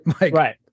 Right